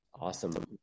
Awesome